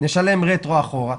נשלם רטרואקטיבית,